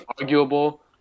arguable